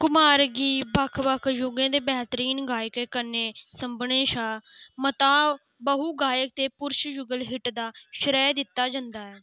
कुमार गी बक्ख बक्ख युगें दे बेहतरीन गायकें कन्नै सभनें शा मता बहु गायक ते पुरश युगल हिट दा श्रेय दित्ता जंदा ऐ